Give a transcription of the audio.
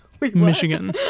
Michigan